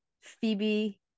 Phoebe